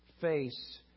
face